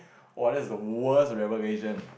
!wah! that was the worst revelation